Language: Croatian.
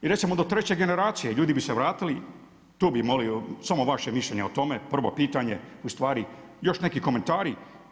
I recimo do 3. generacije ljudi bi se vratili, tu bih molio samo vaše mišljenje o tome, prvo pitanje ustvari još neki komentari.